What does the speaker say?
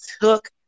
took